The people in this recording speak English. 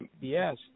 Yes